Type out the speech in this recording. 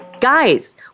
Guys